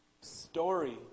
story